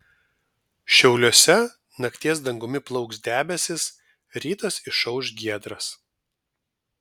šiauliuose nakties dangumi plauks debesys rytas išauš giedras